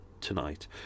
tonight